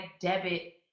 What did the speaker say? debit